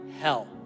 hell